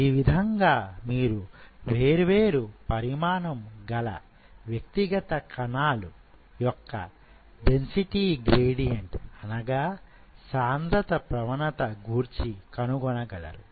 ఈ విధంగా మీరు వేర్వేరు పరిమాణం గల వ్యక్తిగత కణాల యొక్క డెన్సిటీ గ్రేడియంట్ అనగా సాంద్రత ప్రవణత గూర్చి కనుగొనగలరు